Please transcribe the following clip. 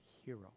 hero